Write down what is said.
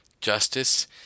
justice